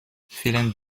vielen